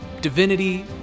divinity